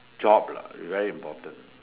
job lah it very important